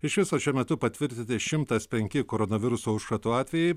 iš viso šiuo metu patvirtinti šimtas penki koronaviruso užkrato atvejai